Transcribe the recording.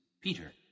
Peter